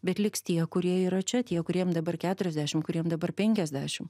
bet liks tie kurie yra čia tie kuriem dabar keturiasdešimt kuriem dabar penkiasdešim